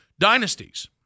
Dynasties